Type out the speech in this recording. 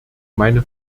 meine